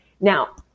Now